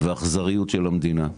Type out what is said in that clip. והאכזריות של המדינה,